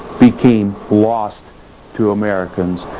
became lost to americans.